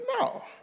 No